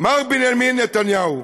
"מר בנימין נתניהו,